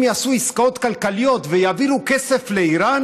הן יעשו עסקאות כלכליות ויעבירו כסף לאיראן